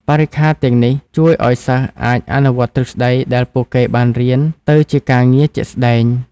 បរិក្ខារទាំងនេះជួយឱ្យសិស្សអាចអនុវត្តទ្រឹស្តីដែលពួកគេបានរៀនទៅជាការងារជាក់ស្តែង។